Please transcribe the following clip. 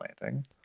landing